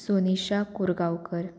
Sonisha Kurgaonkar